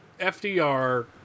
FDR